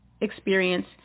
experience